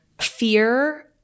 fear